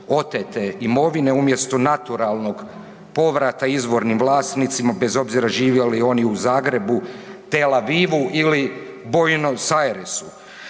otete imovine, umjesto naturalnog povrata izvornim vlasnicima, bez obzira živjeli oni u Zagrebu, Tel Avivu ili Buenos Airesu.